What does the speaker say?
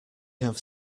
have